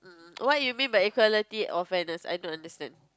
what you mean by equality or fairness I don't understand